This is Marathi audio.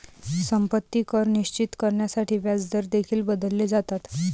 संपत्ती कर निश्चित करण्यासाठी व्याजदर देखील बदलले जातात